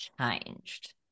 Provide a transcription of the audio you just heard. changed